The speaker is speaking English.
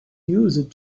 used